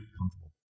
comfortable